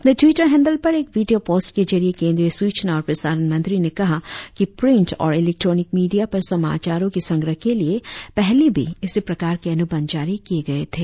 अपने Twitter handle पर एक वीडियों पोस्ट के जरिए केंद्रीय सूचना और प्रसारण मंत्री ने कहा कि प्रिंट और इलेक्ट्रॉनिक मीडिया पर समाचारों के संग्रह के लिए पहले भी इसी प्रकार के अनुबंध जारी किए गए थे